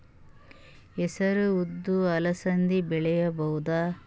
ಹೆಸರು ಉದ್ದು ಅಲಸಂದೆ ಬೆಳೆಯಬಹುದಾ?